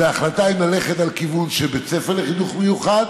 זו ההחלטה אם ללכת על כיוון של בית ספר לחינוך מיוחד